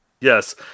yes